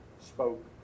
spoke